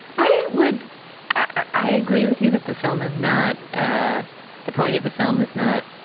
i would i agree with you that the film is not ah the point of the film is not